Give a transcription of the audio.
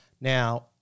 Now